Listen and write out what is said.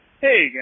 Hey